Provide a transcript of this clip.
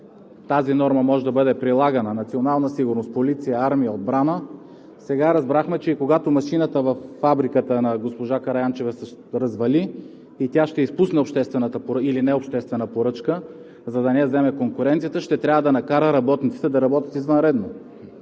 тази норма може да бъде прилагана – национална сигурност, полиция, армия, отбрана, сега разбрахме, че когато машината във фабриката на госпожа Караянчева се развали и тя ще изпусне обществена или необществена поръчка, за да не я вземе конкуренцията, ще трябва да накара работниците да работят извънредно.